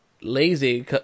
Lazy